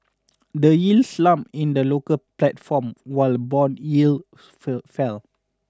the Euro slumped in the local platform while bond yields fell